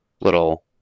little